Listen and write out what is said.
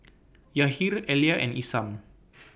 Yahir Elia and Isam